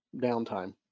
downtime